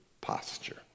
posture